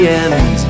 end